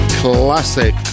classic